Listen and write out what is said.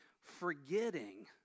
forgetting